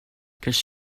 because